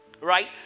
right